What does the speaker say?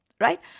right